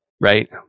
Right